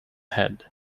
head